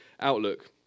outlook